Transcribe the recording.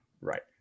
Right